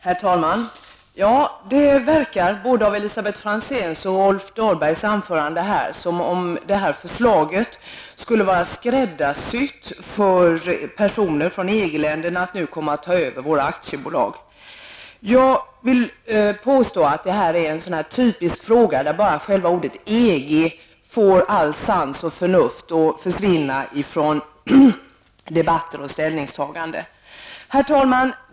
Herr talman! Det verkar av både Elisabet Franzéns och Rolf Dahlbergs anföranden som om detta förslag skulle ha skräddarsytts för att personer från EG-länderna skall kunna komma och ta över våra aktiebolag. Detta är ett typiskt fall där bara själva ordet EG får all sans och allt förnuft att försvinna från debatten och ställningstagandena. Herr talman!